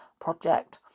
project